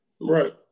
Right